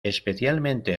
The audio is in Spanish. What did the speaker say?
especialmente